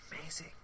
amazing